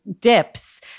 dips